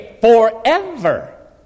forever